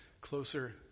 closer